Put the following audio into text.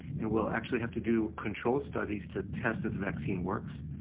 and we'll actually have to do controlled studies to test if the vaccine works.